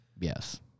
Yes